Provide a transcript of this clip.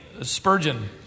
Spurgeon